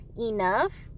enough